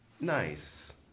Nice